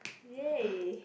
yay